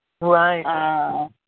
Right